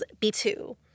B2